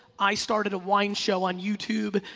i started wine show on youtube.